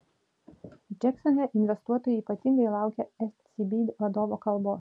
džeksone investuotojai ypatingai laukė ecb vadovo kalbos